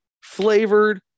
flavored